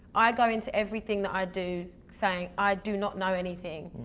i go into everything that i do saying, i do not know anything.